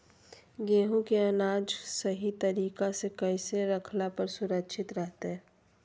गेहूं के अनाज सही तरीका से कैसे रखला पर सुरक्षित रहतय?